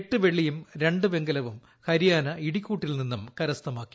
എട്ട് വെള്ളിയും രണ്ട് വെങ്കലവും ഹരിയാന ഇടിക്കൂട്ടിൽ നിന്നും കരസ്ഥമാക്കി